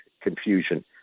confusion